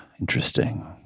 Interesting